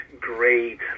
great